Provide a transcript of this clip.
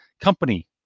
company